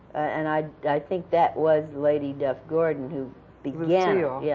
and i think that was lady duff-gordon, who began yeah ah yeah